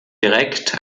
direkt